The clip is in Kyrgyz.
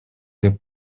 деп